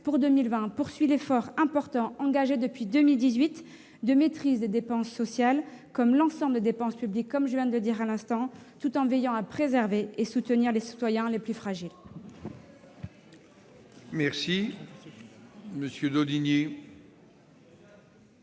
pour 2020 poursuit l'effort important, engagé depuis 2018, de maîtrise des dépenses sociales, comme pour l'ensemble des dépenses publiques, tout en veillant à préserver et à soutenir les citoyens les plus fragiles.